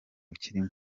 kirimo